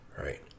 Right